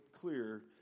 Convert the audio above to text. clear